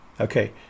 okay